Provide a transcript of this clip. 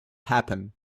happen